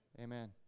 Amen